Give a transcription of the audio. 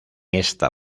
esta